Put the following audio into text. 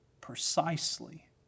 precisely